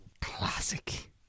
Classic